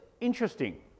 interesting